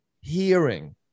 hearing